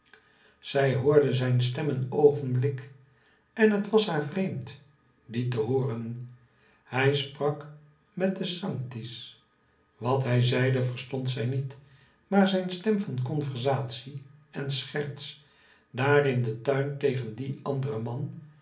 zij hoorde zijn stem een oogenblik en het was haar vreemd die te hooren hij sprak met de sanctis wat hij zeide verstond zij niet maar zijn stem van conversatie en scherts daar in den tuin tegen dien anderen man